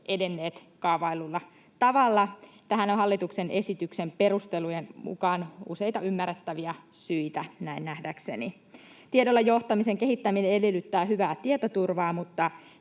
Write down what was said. edenneet kaavaillulla tavalla. Tähän on hallituksen esityksen perustelujen mukaan useita ymmärrettäviä syitä, näin nähdäkseni. Tiedolla johtamisen kehittäminen edellyttää hyvää tietoturvaa, mutta